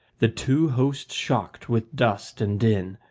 the two hosts shocked with dust and din,